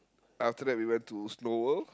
after that we went to Snow-World